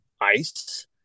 ice